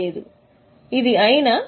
లేదు అది 'I' నా